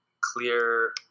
clear